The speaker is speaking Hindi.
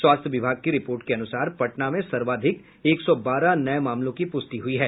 स्वास्थ्य विभाग की रिपोर्ट के अनुसार पटना में सर्वाधिक एक सौ बारह नये मामलों की प्रष्टि हुई है